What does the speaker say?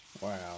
Wow